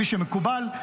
כפי שמקובל,